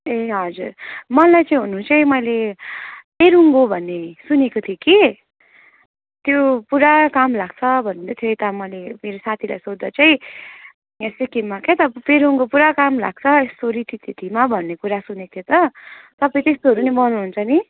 ए हजुर मलाई चाहिँ हुनु चाहिँ मैले पेरुङ्गो भन्ने सुनेको थिएँ कि त्यो पुरा काम लाग्छ भन्दै थियो यता मैले मेरो साथीलाई सोद्धा चाहिँ यहाँ सिक्किममा के त पेरुङ्गो पुरा काम लाग्छ यस्तो रीतिथितीमा भन्ने कुरा सुनेको थिएँ त तपाईँ त्यस्तोहरू पनि बनाउनु हुन्छ नि